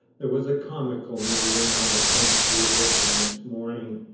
there was a comical meeting on the prince rupert the next morning,